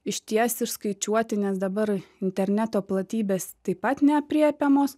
išties išskaičiuoti nes dabar interneto platybės taip pat neaprėpiamos